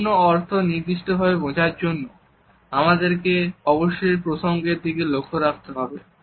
সম্পূর্ণ অর্থ নির্দিষ্ট ভাবে বোঝার জন্য আমাদেরকে অবশ্যই প্রসঙ্গের দিকে লক্ষ্য রাখতে হবে